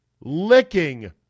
licking